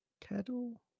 kettle